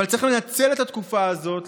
אבל צריך לנצל את התקופה הזאת,